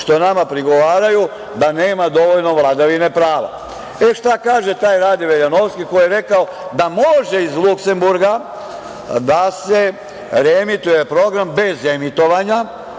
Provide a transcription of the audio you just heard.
što nama prigovaraju da nema dovoljno vladavine prava. Šta kaže taj Rade Veljanovski koji je rekao da može iz Luksemburga da se reemituje program bez emitovanja